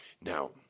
Now